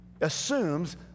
assumes